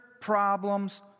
problems